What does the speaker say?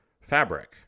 fabric